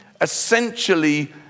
essentially